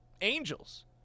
Angels